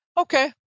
Okay